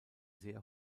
sehr